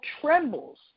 trembles